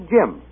Jim